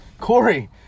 Corey